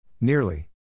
nearly